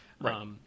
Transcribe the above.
Right